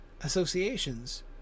associations